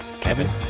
Kevin